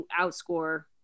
outscore